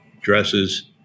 dresses